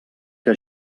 que